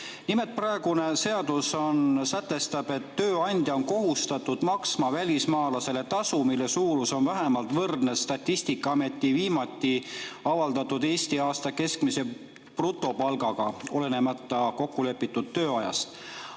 Nimelt, praegune seadus sätestab, et tööandja on kohustatud maksma välismaalasele tasu, mille suurus on vähemalt võrdne Statistikaameti viimati avaldatud Eesti aasta keskmise brutopalgaga, olenemata kokkulepitud tööajast.